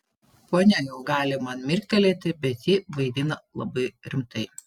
ponia jau gali man mirktelėti bet ji vaidina labai rimtai